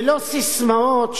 ולא ססמאות,